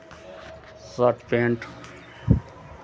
shirt pant